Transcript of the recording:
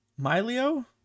milio